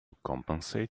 compensate